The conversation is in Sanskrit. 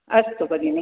अस्तु भगिनि